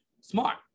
smart